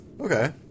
Okay